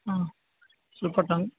ಹಾಂ ಸ್ವಲ್ಪ ಡೌನ್